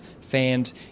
fans